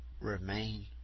remain